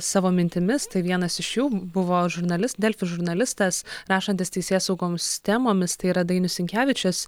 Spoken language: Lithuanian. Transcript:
savo mintimis tai vienas iš jų buvo žurnalis delfi žurnalistas rašantis teisėsaugos temomis tai yra dainius sinkevičius